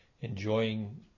enjoying